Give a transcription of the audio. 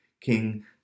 King